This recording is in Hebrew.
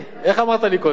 איך אמרת לי קודם?